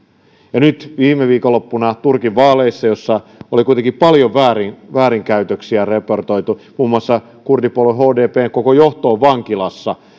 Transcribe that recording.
ja nyt kun viime viikonloppuna turkin vaaleissa kuitenkin paljon väärinkäytöksiä raportoitiin muun muassa kurdipuolue hdpn koko johto on vankilassa